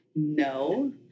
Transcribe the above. No